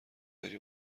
داری